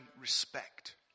respect